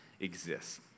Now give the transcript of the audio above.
exists